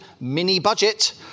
mini-budget